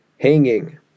hanging